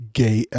gay